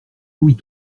louis